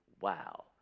wow